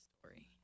story